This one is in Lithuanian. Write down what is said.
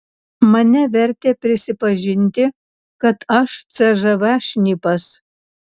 mane vertė prisipažinti kad aš cžv šnipas